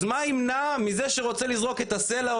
אז מה ימנע מזה שרוצה לזרוק את הסלע,